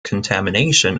contamination